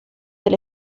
del